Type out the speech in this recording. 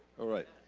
alright,